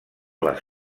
les